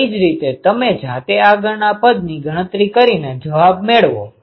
આવી જ રીતે તમે જાતે આગળના પદની ગણતરી કરીને જવાબ મેળવો